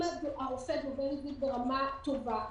אם הרופא דובר עברית ברמה טובה,